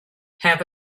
have